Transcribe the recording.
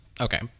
Okay